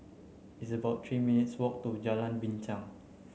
it's about three minutes' walk to Jalan Binchang